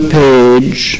page